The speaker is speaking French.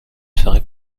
serai